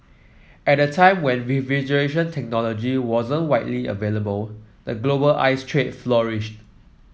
at a time when refrigeration technology wasn't widely available the global ice trade flourished